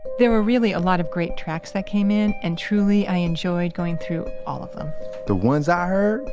there were really a lot of great tracks that came in and truly i enjoyed going through all of them the ones i heard,